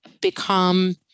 become